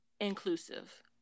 inclusive